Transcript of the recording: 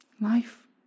Life